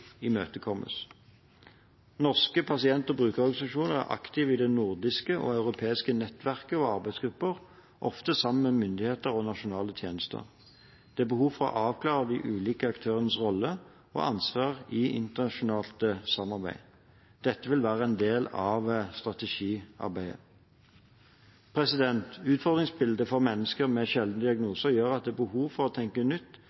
imøtekommes. Norske pasienter og brukerorganisasjoner er aktive i det nordiske og europeiske nettverket og arbeidsgrupper, ofte sammen med myndigheter og nasjonale tjenester. Det er behov for å avklare de ulike aktørenes rolle og ansvar i internasjonalt samarbeid. Dette vil være en del av strategiarbeidet. Utfordringsbildet for mennesker med sjelden diagnose gjør at det er behov for å tenke nytt